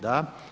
Da.